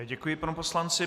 Děkuji panu poslanci.